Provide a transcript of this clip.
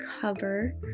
cover